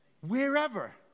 Wherever